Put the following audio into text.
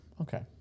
Okay